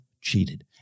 cheated